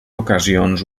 ocasions